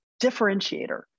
differentiator